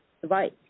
device